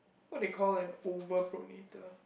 what they call an overpronator